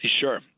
sure